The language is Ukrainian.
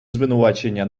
звинувачення